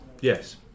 Yes